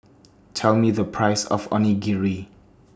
Tell Me The Price of Onigiri